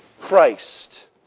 Christ